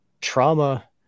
trauma